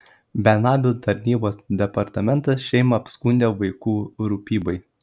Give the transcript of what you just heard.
benamių tarnybos departamentas šeimą apskundė vaikų rūpybai